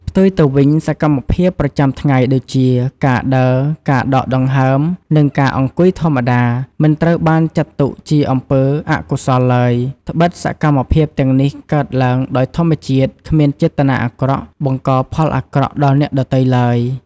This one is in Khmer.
ផ្ទុយទៅវិញ សកម្មភាពប្រចាំថ្ងៃដូចជា ការដើរ ការដកដង្ហើម និងការអង្គុយធម្មតា មិនត្រូវបានចាត់ទុកជាអំពើអកុសលឡើយ ដ្បិតសកម្មភាពទាំងនេះកើតឡើងដោយធម្មជាតិ គ្មានចេតនាអាក្រក់ បង្កផលអាក្រក់ដល់អ្នកដទៃឡើយ។